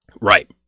Right